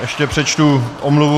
Ještě přečtu omluvu.